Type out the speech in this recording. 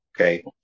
Okay